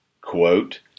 quote